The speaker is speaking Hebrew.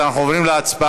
אנחנו עוברים להצבעה.